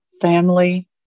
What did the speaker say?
family